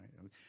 right